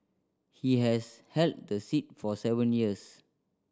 he has held the seat for seven years